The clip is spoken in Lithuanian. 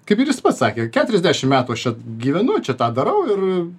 kaip ir jis pats sakė keturiasdešimt metų aš čia gyvenu čia tą darau ir